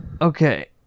okay